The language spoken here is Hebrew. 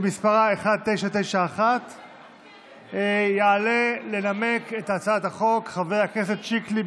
שמספרה 1991. יעלה לנמק את הצעת החוק חבר הכנסת שיקלי.